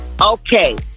Okay